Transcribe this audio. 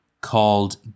Called